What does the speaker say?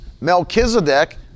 Melchizedek